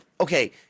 okay